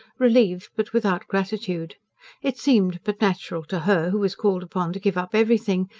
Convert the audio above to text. relieved, but without gratitude it seemed but natural to her, who was called upon to give up everything,